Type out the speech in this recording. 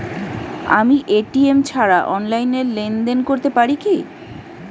আমি এ.টি.এম ছাড়া অনলাইনে লেনদেন করতে পারি কি?